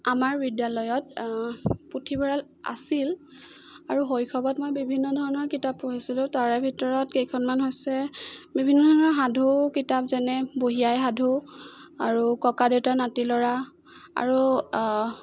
আমাৰ বিদ্যালয়ত পুথিভঁৰাল আছিল আৰু শৈশৱত মই বিভিন্ন ধৰণৰ কিতাপ পঢ়িছিলোঁ তাৰে ভিতৰত কেইখনমান হৈছে বিভিন্ন ধৰণৰ সাধু কিতাপ যেনে বুঢ়ী আইৰ সাধু আৰু ককা দেউতাৰ নাতি ল'ৰা আৰু